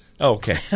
Okay